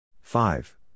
Five